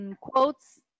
quotes